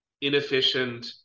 inefficient